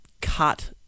cut